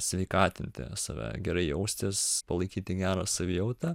sveikatinti save gerai jaustis palaikyti gerą savijautą